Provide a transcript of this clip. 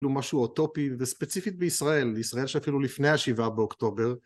כאילו משהו אוטופי וספציפית בישראל, ישראל שאפילו לפני השבעה באוקטובר